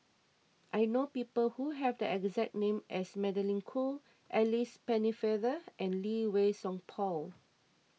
I know people who have the exact name as Magdalene Khoo Alice Pennefather and Lee Wei Song Paul